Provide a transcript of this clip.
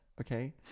okay